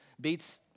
beats